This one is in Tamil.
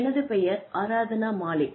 எனது பெயர் ஆராத்னா மாலிக்